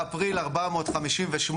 באפריל 458,